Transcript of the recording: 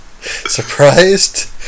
Surprised